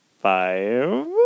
Five